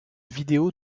vidéo